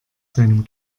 seinem